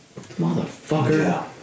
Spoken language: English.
motherfucker